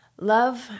Love